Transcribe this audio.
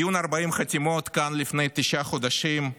בדיון 40 חתימות כאן, לפני תשעה חודשים,